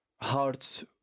hearts